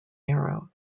arrow